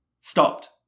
stopped